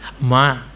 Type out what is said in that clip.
Ma